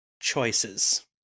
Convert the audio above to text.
choices